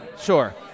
Sure